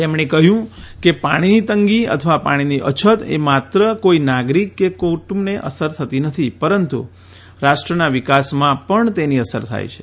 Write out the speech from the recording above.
તેમણે કહ્યું કે પાણીની તંગી અથવા પાણીની અછત એ માત્ર કોઇ નાગરિક કે કુટુંબને અસર થતી નથી પરંતુ રાષ્ટ્રના વિકાસમાં પણ તેની અસર થાય છે